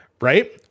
right